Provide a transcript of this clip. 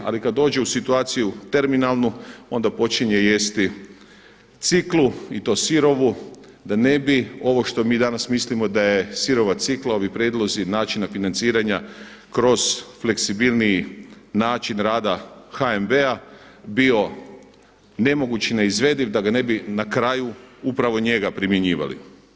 Ali kada dođe u situaciju terminalnu, onda počinje jesti ciklu i to sirovu da ne bi ovo što mi danas mislimo da je sirova cikla, ovi prijedlozi načina financiranja kroz fleksibilniji način rada HNB-a bio nemoguć i neizvediv da ga ne bi na kraju upravo njega primjenjivali.